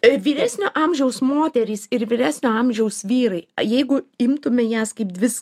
tai vyresnio amžiaus moterys ir vyresnio amžiaus vyrai jeigu imtume jas kaip dvi